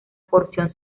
porción